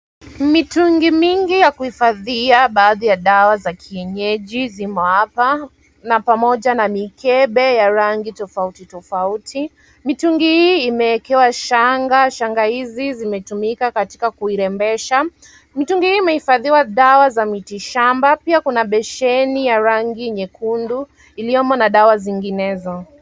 Mitungi mingi ya kuhifadhi baadhi ya dawa za kienyeji ziko hapa pamoja na mikebe ya rangi tofauti tofauti. Mitungi hii imeekewa shanga. Shanga hizi zimetumika katika kuirembesha. Mitungi hii imehifadhi dawa za mitishamba. Pia, kuna besheni ya rangi nyekundu iliyomo na dawa zinginezo.